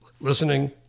listening